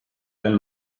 veel